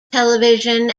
television